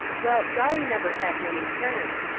well, dolly never had many friends,